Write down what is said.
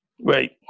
right